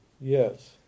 Yes